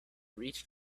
reached